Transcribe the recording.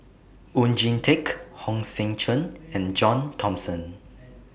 Oon Jin Teik Hong Sek Chern and John Thomson